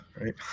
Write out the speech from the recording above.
right